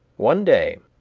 one day,